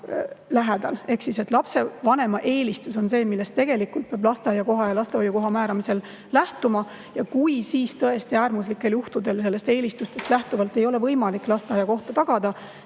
Ehk lapsevanema eelistus on see, millest tegelikult peab lasteaiakoha ja lastehoiukoha määramisel lähtuma. Ja kui siis tõesti äärmuslikel juhtudel sellest eelistustest lähtuvalt ei ole võimalik lasteaiakohta tagada,